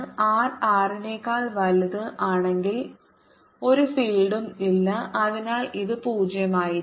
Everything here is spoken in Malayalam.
r R നെക്കാൾ വലുത് ആണെങ്കിൽ ഒരു ഫീൽഡും ഇല്ല അതിനാൽ ഇത് 0 ആയിരിക്കണം